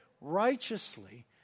righteously